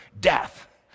death